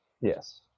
Yes